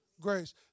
grace